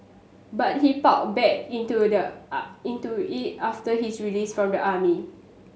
but he back into the a into it after his release from the army